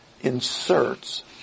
inserts